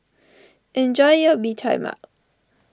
enjoy your Bee Tai Mak